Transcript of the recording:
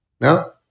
No